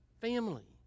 family